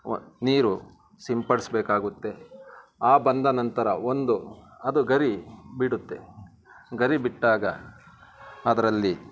ವ್ ನೀರು ಸಿಂಪಡಿಸ್ಬೇಕಾಗುತ್ತೆ ಆ ಬಂದ ನಂತರ ಒಂದು ಅದು ಗರಿ ಬಿಡುತ್ತೆ ಗರಿ ಬಿಟ್ಟಾಗ ಅದರಲ್ಲಿ